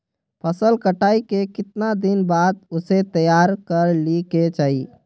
फसल कटाई के कीतना दिन बाद उसे तैयार कर ली के चाहिए?